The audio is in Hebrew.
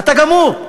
אתה גמור.